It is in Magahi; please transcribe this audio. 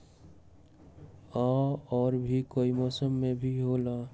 या और भी कोई मौसम मे भी होला?